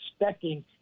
expecting